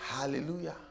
Hallelujah